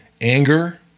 anger